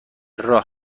راه